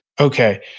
okay